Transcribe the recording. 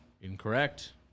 Incorrect